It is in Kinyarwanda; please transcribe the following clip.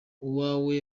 uwawe